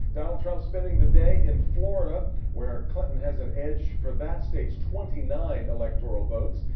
donald trump spending the day in florida where clinton has an edge for that state's twenty nine electoral votes.